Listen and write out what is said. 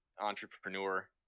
entrepreneur